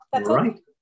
Right